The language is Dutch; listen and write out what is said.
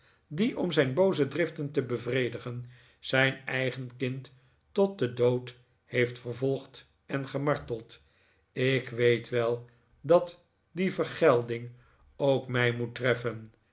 die nikolaas nickleby om zijn booze driften te bevredigen zijn eigen kind tot den dood toe heeft vervolgd en gemarteld ik weet wel dat die vergelding ook mij moet treffen